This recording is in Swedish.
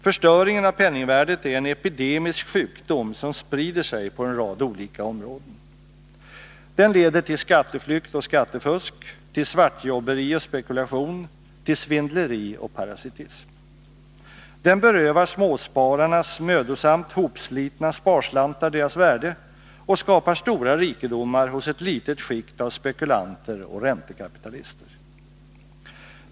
Förstöringen av penningvärdet är en epidemisk sjukdom som sprider sig på en rad olika områden. Den leder till skatteflykt och skattefusk, till svartjobberi och spekulation, till svindleri och parasitism. Den berövar småspararnas mödosamt hopslitna sparslantar deras värde och skapar stora rikedomar hos ett litet skikt av spekulanter och räntekapitalister.